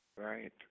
Right